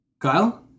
Kyle